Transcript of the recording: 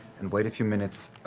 and wait a few minutes,